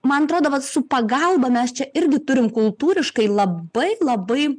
man atrodo vat su pagalba mes čia irgi turim kultūriškai labai labai